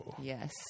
Yes